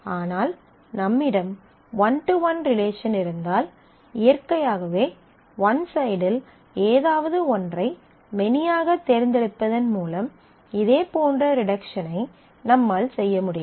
ஆனால் நம்மிடம் one to one relation இருந்தால் இயற்கையாகவே ஒன் சைடில் ஏதாவது ஒன்றை மெனியாக தேர்ந்தெடுப்பதன் மூலம் இதேபோன்ற ரிடக்ஷனை நம்மால் செய்ய முடியும்